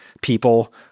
People